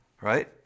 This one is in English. right